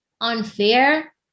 unfair